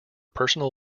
personal